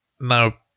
Now